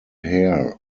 hare